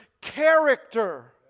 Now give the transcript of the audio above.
character